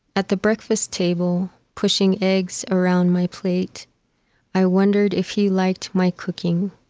at the breakfast table pushing eggs around my plate i wondered if he liked my cooking,